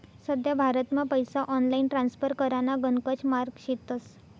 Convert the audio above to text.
सध्या भारतमा पैसा ऑनलाईन ट्रान्स्फर कराना गणकच मार्गे शेतस